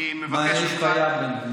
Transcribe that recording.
אני מבקש ממך, מה, יש בעיה בדיאליזה?